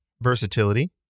versatility